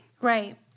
Right